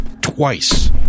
twice